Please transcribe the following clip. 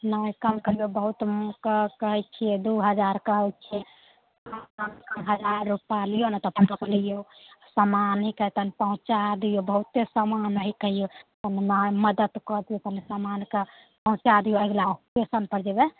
नहि कम करिऔ बहुत कहै छिए दुइ हजार कहै छिए हजार रुपैआ लिऔ नहि तऽ पनरह सओ लिऔ समान तनिटा पहुँचा दिऔ बहुते समान हइके यइ कनि मदति कऽ दिऔ कनि समानके पहुँचा दिऔ अगिला एस्टेशनपर जेबै